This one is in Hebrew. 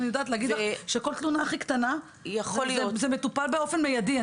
ולכן אני יודעת להגיד שכל תלונה הכי קטנה מטופלת שם באופן מיידי.